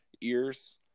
ears